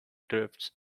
drifts